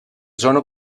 zona